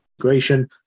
integration